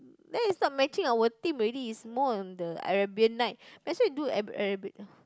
then it's not matching our theme already it's more on the Arabian night might as well do Arabian Arabian